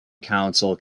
council